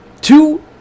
two